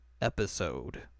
episode